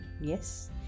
yes